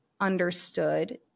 understood